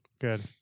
Good